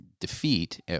defeat